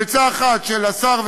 ובעצה אחת של השר,